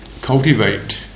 cultivate